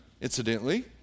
incidentally